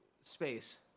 space